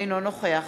אינו נוכח